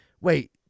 Wait